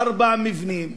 ארבעה מבנים,